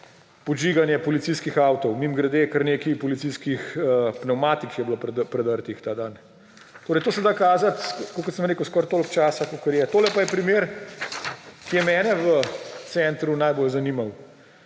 podžiganje policijskih avtov. Mimogrede, kar nekaj policijskih pnevmatik je bilo predrtih ta dan. To se da kazati, kakor sem rekel, skoraj toliko časa, kakor je. Tole pa je primer, ki je mene v centru najbolj zanimal.